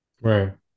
right